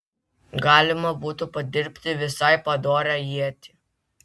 galima būtų padirbti visai padorią ietį